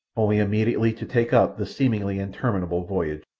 only immediately to take up the seemingly interminable voyage.